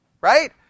right